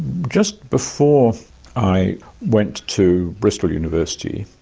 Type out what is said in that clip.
just before i went to bristol university,